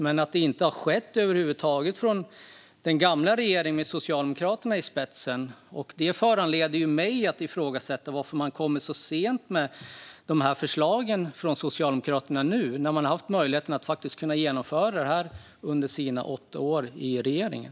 Men det har inte skett över huvud taget från den gamla regeringen med Socialdemokraterna i spetsen. Det föranleder mig att fråga varför man nu från Socialdemokraterna kommer så sent med förslagen. Man har haft möjligheten att genomföra det under sina åtta år i regeringen.